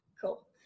cool